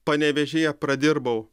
panevėžyje pradirbau